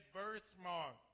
birthmark